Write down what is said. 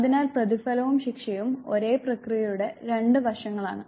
അതിനാൽ പ്രതിഫലവും ശിക്ഷയും ഒരേ പ്രക്രിയയുടെ രണ്ട് വശങ്ങൾ ആണ്